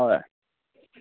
হয়